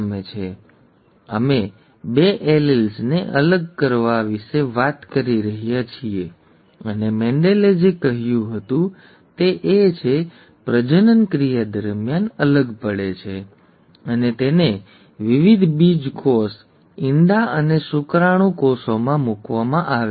અહીં અમે બે એલીલ્સને અલગ કરવા વિશે વાત કરી રહ્યા છીએ અને મેન્ડેલે જે કહ્યું તે એ હતું કે તે પ્રજનન ક્રિયા દરમિયાન અલગ પડે છે અને તેને વિવિધ બીજકોષ ઇંડા અને શુક્રાણુ કોષોમાં મૂકવામાં આવે છે